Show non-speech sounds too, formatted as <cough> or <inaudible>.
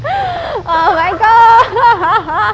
<coughs> oh my god <laughs>